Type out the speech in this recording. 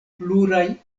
pluraj